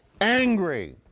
angry